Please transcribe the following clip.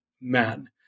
man